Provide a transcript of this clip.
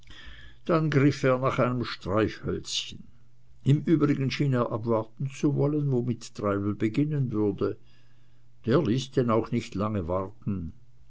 dann griff er nach einem streichhölzchen im übrigen schien er abwarten zu wollen womit treibel beginnen würde der ließ denn auch nicht lange warten